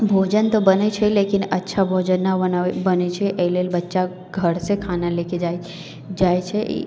भोजन तऽ बनै छै लेकिन अच्छा भोजन नहि बनाबै बनै छै एहि लेल बच्चा घरसँ खाना लैके जाइ जाइ छै